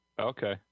Okay